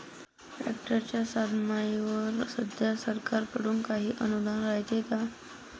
ट्रॅक्टरच्या साधनाईवर सध्या सरकार कडून काही अनुदान रायते का?